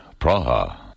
Praha